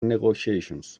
negotiations